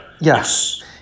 Yes